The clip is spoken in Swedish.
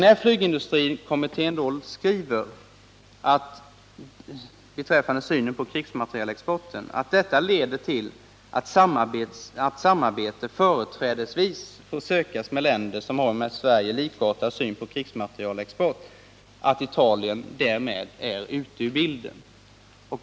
När flygindustrikommittén skriver, beträffande synen på krigsmaterielexporten, att detta leder till att samarbete företrädesvis får sökas med länder som har en med Sverige likartad syn på krigsmaterielexport, betyder det att Italien därmed är borta ur bilden.